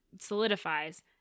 solidifies